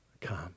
come